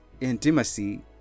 intimacy